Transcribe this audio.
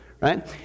right